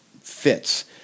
fits